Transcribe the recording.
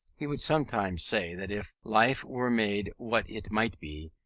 he would sometimes say that if life were made what it might be,